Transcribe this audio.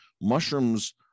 mushrooms